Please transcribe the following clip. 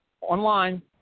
online